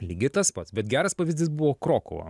lygiai tas pats bet geras pavyzdys buvo krokuva